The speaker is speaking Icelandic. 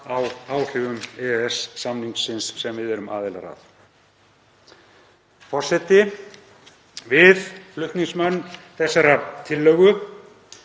á áhrifum EES-samningsins sem við erum aðilar að. Forseti. Við flutningsmenn þessarar tillögu